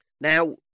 now